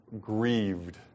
grieved